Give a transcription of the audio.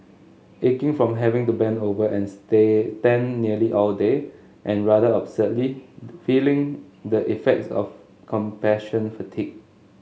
aching from having to bend over and stay den nearly all day and rather absurdly feeling the effects of compassion fatigue